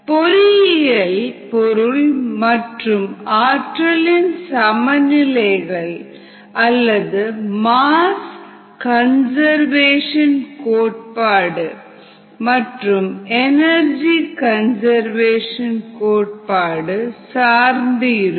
பொறியியலில் பொருள் மற்றும் ஆற்றலின் சமநிலைகள் அல்லது மாஸ் கன்சர்வேஷன் கோட்பாடு மற்றும் எனர்ஜி கன்சர்வேஷன் கோட்பாடு சார்ந்து இருக்கும்